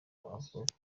uvuga